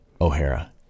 O'Hara